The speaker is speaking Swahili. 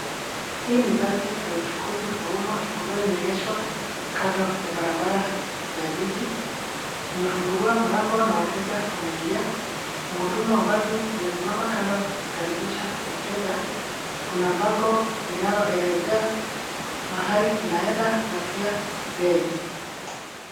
Hii basi ya uchukuzi wa umma ambayo imeegeshwa kando ya barabara ya jiji. Imefunguliwa mlango na wateja wanaingia. Mhudumu wa basi amesimama kando akikaribisha wateja. Kuna bango linaloelezea mahali inaenda na pia bei.